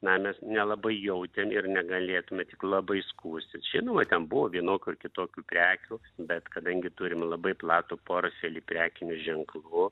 na mes nelabai jautėm ir negalėtume tik labai skųstis žinoma ten buvo vienokių ar kitokių prekių bet kadangi turim labai platų portfelį prekinių ženklų